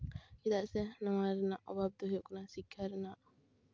ᱪᱮᱫᱟᱜ ᱥᱮ ᱱᱚᱣᱟ ᱨᱮᱭᱟᱜ ᱚᱵᱷᱟᱵ ᱫᱚ ᱦᱩᱭᱩᱜ ᱠᱟᱱᱟ ᱥᱤᱠᱠᱷᱟ ᱨᱮᱭᱟᱜ